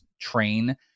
train